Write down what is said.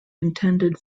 intended